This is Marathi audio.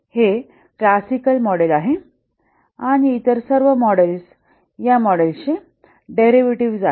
हे क्लासिकल मॉडेल आहे आणि इतर सर्व मॉडेल्स या मॉडेलचे डेरिव्हेटिव्ह आहेत